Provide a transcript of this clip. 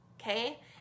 Okay